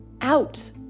out